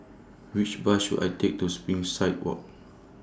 Which Bus should I Take to Springside Walk